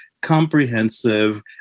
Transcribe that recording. comprehensive